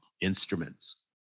instruments